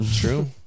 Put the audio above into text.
True